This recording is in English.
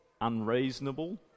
unreasonable